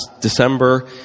December